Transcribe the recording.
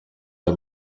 aya